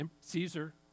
Caesar